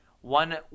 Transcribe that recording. one